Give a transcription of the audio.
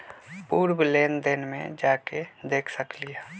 पूर्व लेन देन में जाके देखसकली ह?